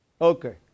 Okay